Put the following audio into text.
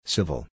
Civil